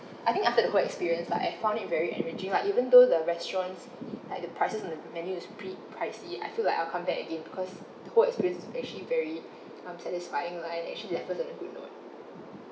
I think after the whole experience like I found it very enriching like even though the restaurant's like the prices on the menu is pretty pricey I feel like I'll come back again because the whole experience was actually very um satisfying lah and actually left us with a good moment